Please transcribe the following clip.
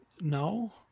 No